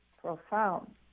profound